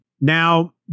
Now